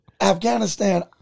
Afghanistan